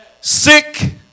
sick